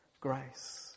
grace